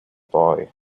boy